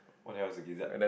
what else you use that